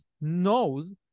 knows